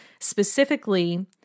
Specifically